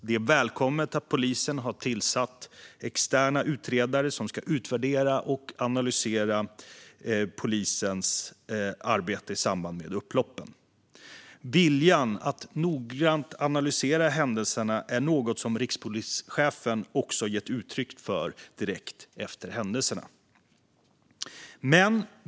Det är välkommet att polisen har tillsatt externa utredare som ska utvärdera och analysera deras arbete i samband med upploppen. Viljan att noggrant analysera händelserna är något som rikspolischefen också gav uttryck för direkt efter händelserna.